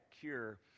cure